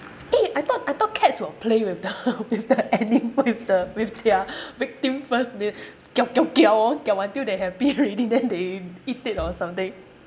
eh I thought I thought cats will play with the with the anima~ with the with their victim first they kiao kiao kiao hor kiao until they happy already then they eat it or something